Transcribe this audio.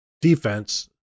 defense